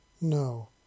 No